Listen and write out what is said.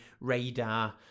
radar